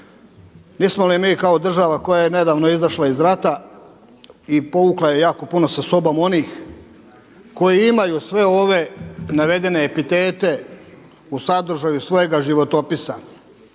nismo li mi kao država koja je nedavno izašla iz rata i povukla je jako puno sa sobom onih koji imaju sve ove navedene epitete u sadržaju svojega životopisa.